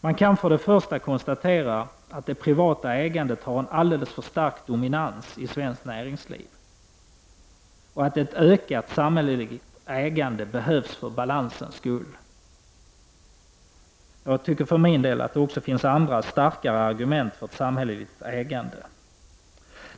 Man kan för det första konstatera att det privata ägandet har en alltför stark dominans i svenskt näringsliv och att ett ökat samhälleligt ägande behövs för balansens skull. Jag tycker för min del att det också finns andra och starkare argument för samhälleligt ägande.